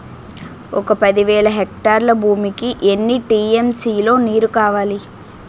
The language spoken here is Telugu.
ఒక పది వేల హెక్టార్ల భూమికి ఎన్ని టీ.ఎం.సీ లో నీరు కావాలి?